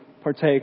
partake